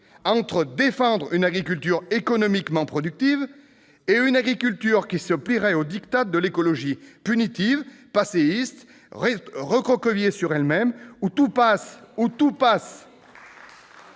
cesse entre une agriculture économiquement productive et une agriculture qui se plierait au diktat de l'écologie punitive, passéiste, recroquevillée sur elle-même, où tout passe